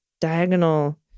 diagonal